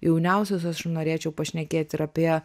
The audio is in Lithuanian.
jauniausiuosius aš norėčiau pašnekėt ir apie